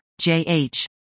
JH